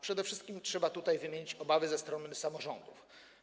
Przede wszystkim trzeba tutaj wymienić obawy ze strony samorządów.